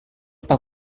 pak